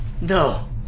No